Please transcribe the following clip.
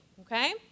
okay